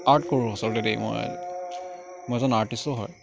art কৰোঁ আচলতে দেই মই মই এজন আৰ্টিষ্টো হয়